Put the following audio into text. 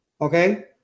Okay